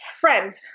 Friends